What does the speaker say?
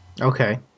Okay